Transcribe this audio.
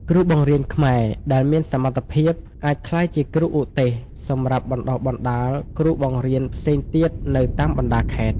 គ្រូបង្រៀនខ្មែរដែលមានសមត្ថភាពអាចក្លាយជាគ្រូឧទ្ទេសសម្រាប់បណ្តុះបណ្តាលគ្រូបង្រៀនផ្សេងទៀតនៅតាមបណ្តាខេត្ត។